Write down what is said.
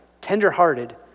tender-hearted